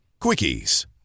Quickies